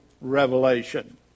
Revelation